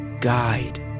guide